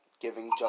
giving